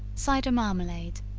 cider marmalade.